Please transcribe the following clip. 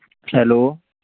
hello